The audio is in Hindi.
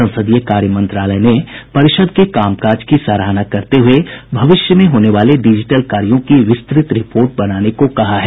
संसदीय कार्य मंत्रालय ने परिषद के काम काज की सराहना करते हुये भविष्य में होने वाले डिजिटल कार्यों की विस्तृत रिपोर्ट बनाने को कहा है